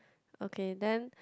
okay then